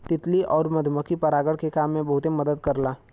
तितली आउर मधुमक्खी परागण के काम में बहुते मदद करला